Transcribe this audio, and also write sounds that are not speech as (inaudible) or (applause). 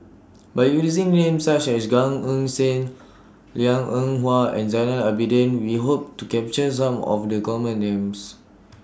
(noise) By using Names such as Gan Eng Seng Liang Eng Hwa and Zainal Abidin We Hope to capture Some of The Common Names